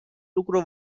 lucru